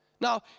Now